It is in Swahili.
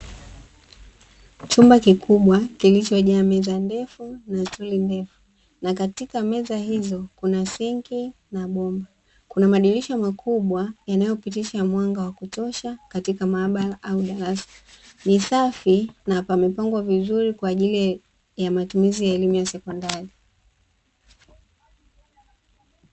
Chumba kikubwa kilichojaa meza ndefu na stuli ndefu, na katika meza hizo kuna sinki na bomba. Kuna madirisa makubwa yanayopitisha mwanga wa kutosha katika maabara au darasa. Ni safi na pamepambwa vizuri kwa ajili ya matumizi ya elimu ya sekondari.